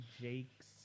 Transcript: Jakes